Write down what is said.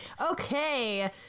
Okay